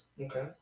Okay